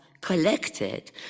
collected